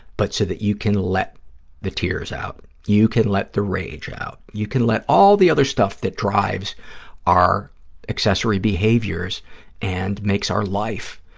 but so that you can let the tears you, you can let the rage out, you can let all the other stuff that drives our accessory behaviors and makes our life,